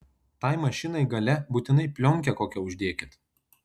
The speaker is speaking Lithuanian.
tai mašinai gale būtinai plionkę kokią uždėkit